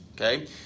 okay